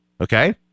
Okay